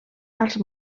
als